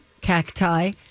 Cacti